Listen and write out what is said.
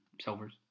silvers